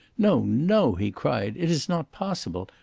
no no, he cried it is not possible!